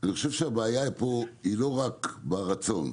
אני חושב שהבעיה פה היא לא רק ברצון,